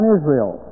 Israel